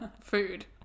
food